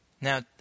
Now